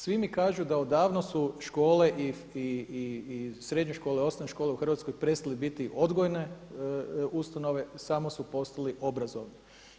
Svi mi kažu da odavno su škole i srednje škole, osnovne škole u Hrvatskoj prestale biti odgojne ustanove, samo su postali obrazovni.